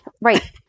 Right